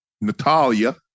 Natalia